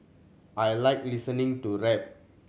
I like listening to rap